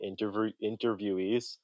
interviewees